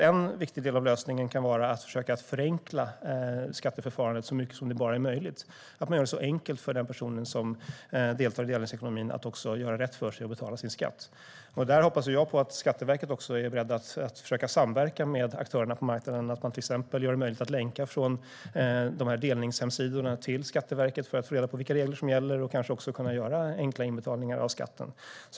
En viktig del av lösningen kan vara att försöka förenkla skatteförfarandet så mycket som det bara är möjligt, att för den person som deltar i delningsekonomin göra det så enkelt som möjligt att göra rätt för sig och betala sin skatt. Där hoppas jag att Skatteverket är beredd att försöka samverka med aktörerna på marknaden, att man till exempel gör det möjligt att länka från delningshemsidorna till Skatteverket, för att få reda på vilka regler som gäller och kanske också kunna göra enkla inbetalningar av skatt.